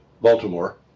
Baltimore